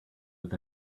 with